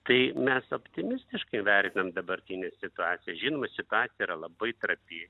tai mes optimistiškai vertinam dabartinę situaciją žinoma situacija yra labai trapi